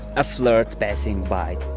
a flirt passing by